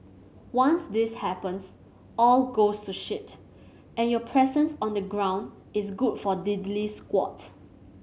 once this happens all goes to shit and your presence on the ground is good for diddly squat